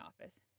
office